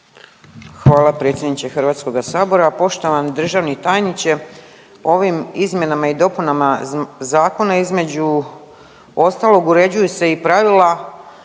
Hvala predsjedniče HS-a. Poštovani državni tajniče. Ovim izmjenama i dopunama zakona između ostalog uređuju se i pravila